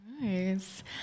Nice